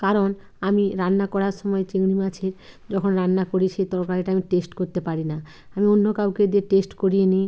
কারণ আমি রান্না করার সময় চিংড়ি মাছের যখন রান্না করি সেই তরকারিটা আমি টেস্ট করতে পারি না আমি অন্য কাউকে দিয়ে টেস্ট করিয়ে নিই